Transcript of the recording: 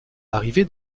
arrivé